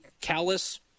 callous